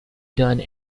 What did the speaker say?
done